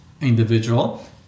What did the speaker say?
individual